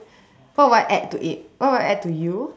what would I add to it what would I add to you